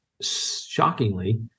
shockingly